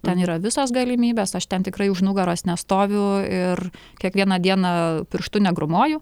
ten yra visos galimybės aš ten tikrai už nugaros nestoviu ir kiekvieną dieną pirštu negrūmoju